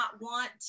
want